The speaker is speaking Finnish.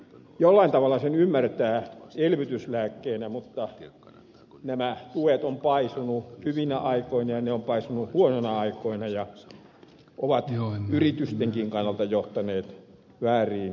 jollain tavalla sen ymmärtää elvytyslääkkeenä mutta nämä tuet ovat paisuneet hyvinä aikoina ja ne ovat paisuneet huonoina aikoina ja ovat yritystenkin kannalta johtaneet vääriin käytäntöihin